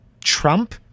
Trump